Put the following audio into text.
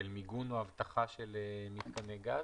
של מיגון או אבטחה של מיתקני גז?